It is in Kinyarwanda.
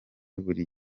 buri